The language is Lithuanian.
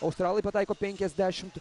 australai pataiko penkiasdešim